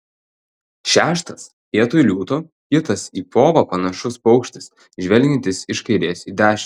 šeštas vietoj liūto kitas į povą panašus paukštis žvelgiantis iš kairės į dešinę